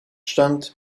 stand